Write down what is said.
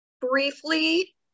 Briefly